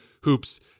hoops